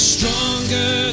Stronger